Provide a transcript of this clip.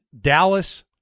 Dallas